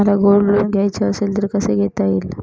मला gold loan घ्यायचे असेल तर कसे घेता येईल?